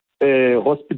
hospital